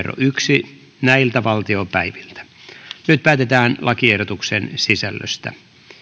yksi nyt päätetään lakiehdotuksen sisällöstä